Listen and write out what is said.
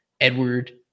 Edward